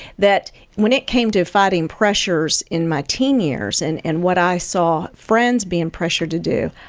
that when it came to fighting pressures in my teen years and and what i saw friends being pressured to do,